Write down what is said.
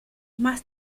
más